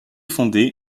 fondés